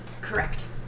Correct